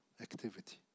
activity